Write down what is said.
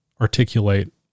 articulate